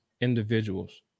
individuals